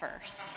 first